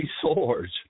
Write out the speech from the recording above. swords